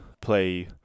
play